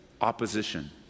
Opposition